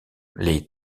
les